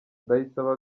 ndayisaba